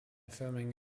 filming